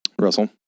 Russell